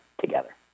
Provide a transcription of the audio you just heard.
together